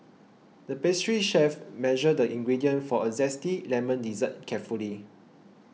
the pastry chef measured the ingredients for a Zesty Lemon Dessert carefully